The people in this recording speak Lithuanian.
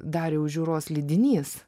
dariaus žiūros lydinys